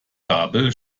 gabel